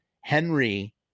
Henry